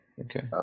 Okay